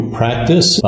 practice